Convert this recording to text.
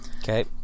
Okay